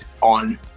on